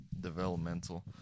developmental